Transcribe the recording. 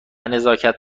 نزاکت